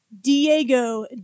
Diego